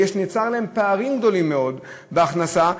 ונוצרים להם פערים גדולים מאוד במצבם,